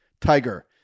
Tiger